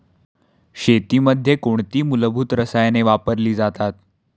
शेतीमध्ये कोणती मूलभूत रसायने वापरली जातात?